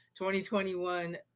2021